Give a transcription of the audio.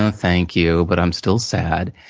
ah thank you, but i'm still sad.